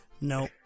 No